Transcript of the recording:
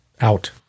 out